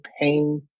pain